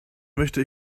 möchte